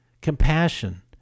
compassion